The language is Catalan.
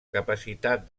capacitat